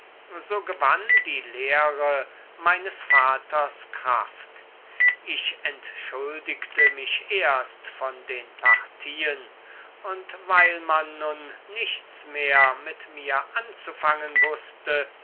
so gewann die lehre meines vaters kraft ich entschuldigte mich erst von den partien und weil man nun nichts mehr mit mir anzufangen wußte